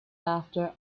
after